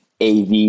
AV